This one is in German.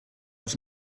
ist